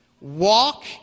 walk